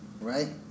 right